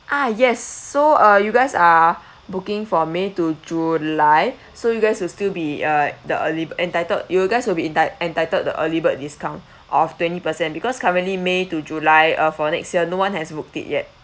ah yes so uh you guys are booking for may to july so you guys will still be uh the early entitled you guys will be enti~ entitled the early bird discount of twenty percent because currently may to july uh for next year no one has booked it yet